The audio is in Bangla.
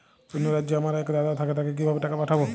অন্য রাজ্যে আমার এক দাদা থাকে তাকে কিভাবে টাকা পাঠাবো?